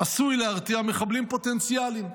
עשוי להרתיע מחבלים פוטנציאליים.